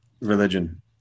religion